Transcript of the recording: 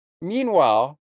Meanwhile